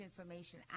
information